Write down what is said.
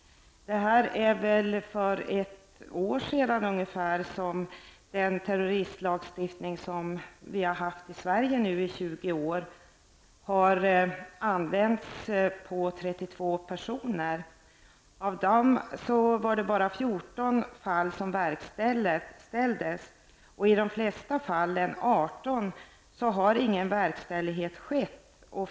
För ungefär ett år sedan hade den terroristlagstiftning som vi haft i Sverige i 20 år använts på 32 personer. Bara i 14 av dessa 22 fall verkställdes besluten. I de flesta fallen -- 18 -- har ingen verkställighet skett.